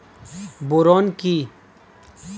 Boron কি?